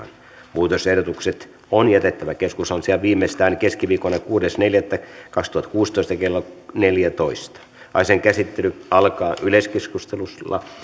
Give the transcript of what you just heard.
muutosehdotukset on jätettävä keskuskansliaan viimeistään keskiviikkona kuudes neljättä kaksituhattakuusitoista kello neljätoista asian käsittely alkaa yleiskeskustelulla